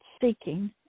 seeking